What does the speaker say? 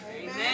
Amen